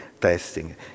testing